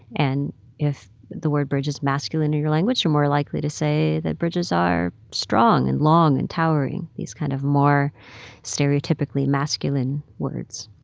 and if the word bridge is masculine in your language, you're more likely to say that bridges are strong and long and towering these kind of more stereotypically masculine words